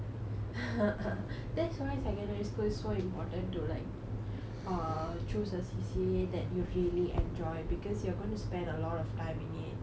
that's why secondary school is so important to like err choose a C_C_A that you really enjoy because you are going to spend a lot of time in it